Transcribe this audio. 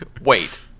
Wait